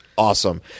Awesome